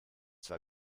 zwar